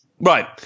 Right